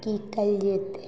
की कयल जेतै